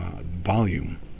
volume